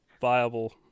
viable